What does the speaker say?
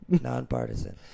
Nonpartisan